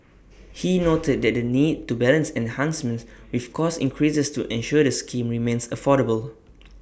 he noted that the need to balance enhancements with cost increases to ensure the scheme remains affordable